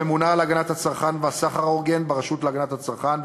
הממונה על הגנת הצרכן והסחר ההוגן ברשות להגנת הצרכן,